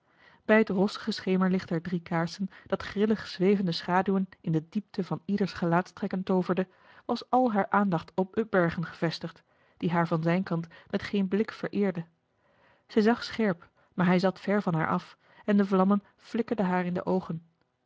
bij het rossig schemerlicht der drie kaarsen dat grillig zwevende schaduwen in de diepten van ieders gelaatstrekken tooverde was al haar aandacht op upbergen gevestigd die haar van zijn kant met geen blik vereerde zij zag scherp maar hij zat ver van haar af en de vlammen flikkerden haar in de oogen